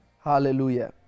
Hallelujah